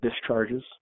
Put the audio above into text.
discharges